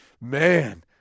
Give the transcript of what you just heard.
man